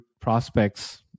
prospects